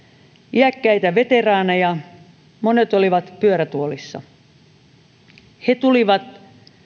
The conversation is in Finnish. iäkkäitä veteraaneja monet olivat pyörätuolissa ja he tulivat